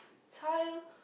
child